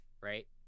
Right